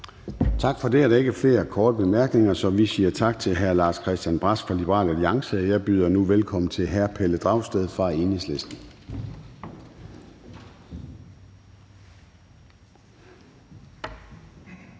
Tak for det. Der er ikke flere korte bemærkninger, og så siger vi tak til hr. Lars-Christian Brask fra Liberal Alliance. Jeg byder nu velkommen til hr. Pelle Dragsted fra Enhedslisten.